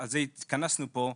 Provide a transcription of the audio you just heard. שעל זה התכנסנו פה,